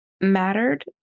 mattered